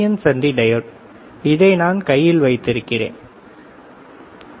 என் சந்தி டையோடு இதை நான் கையில் வைத்திருக்கிறேன் ஆம்